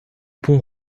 pont